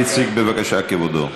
איציק, בבקשה, כבודו.